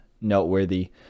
noteworthy